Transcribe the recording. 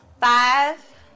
five